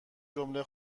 جمله